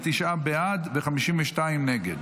טרומית ותוסר מסדר-היום.